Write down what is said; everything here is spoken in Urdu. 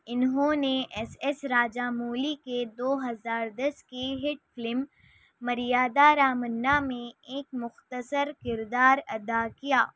انہوں نے ایس ایس راجا مولی کے دو ہزار دس کی ہٹ فلم مریادا رامنّا میں ایک مختصر کردار ادا کیا